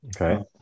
Okay